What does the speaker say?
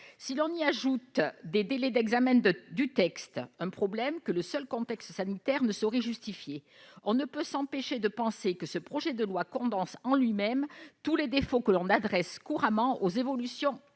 Si l'on y ajoute les délais d'examen du texte- un problème que le seul contexte sanitaire ne saurait justifier -, on ne peut s'empêcher de penser que ce projet de loi condense en lui-même tous les défauts que l'on adresse couramment aux évolutions,